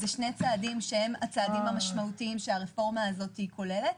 אלה שני צעדים שהם צעדים משמעותיים שהרפורמה הזו כוללת,